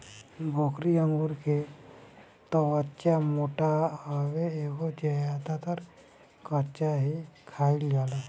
भोकरी अंगूर के त्वचा मोट होला एके ज्यादातर कच्चा ही खाईल जाला